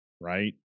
right